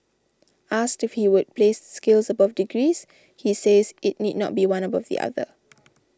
asked if he would place skills above degrees he says it need not be one above the other